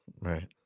Right